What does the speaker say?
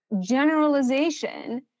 generalization